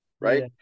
right